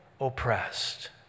oppressed